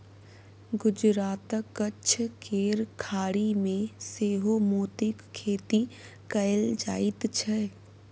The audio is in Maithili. गुजरातक कच्छ केर खाड़ी मे सेहो मोतीक खेती कएल जाइत छै